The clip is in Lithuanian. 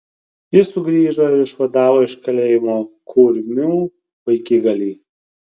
jis sugrįžo ir išvadavo iš kalėjimo kurmių vaikigalį